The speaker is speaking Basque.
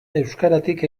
euskaratik